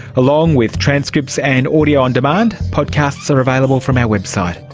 along with transcripts and audio on demand, podcasts are available from our website.